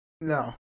no